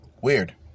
Weird